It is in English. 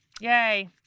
Yay